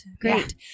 Great